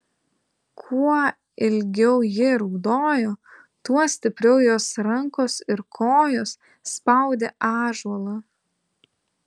kuo ilgiau ji raudojo tuo stipriau jos rankos ir kojos spaudė ąžuolą